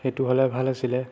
সেইটো হ'লে ভাল আছিলে